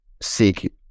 seek